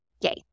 Yay